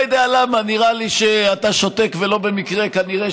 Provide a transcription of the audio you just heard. אתה יכול לדבר כשאתה יושב.